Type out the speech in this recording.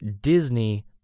Disney